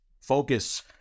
Focus